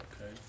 Okay